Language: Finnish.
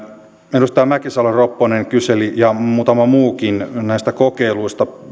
edustaja mäkisalo ropponen kyseli ja muutama muukin näistä kokeiluista